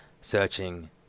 searching